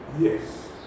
Yes